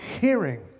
hearing